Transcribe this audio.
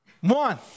One